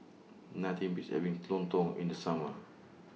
Nothing Beats having Lontong in The Summer